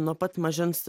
nuo pat mažens